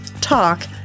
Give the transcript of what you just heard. talk